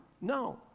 No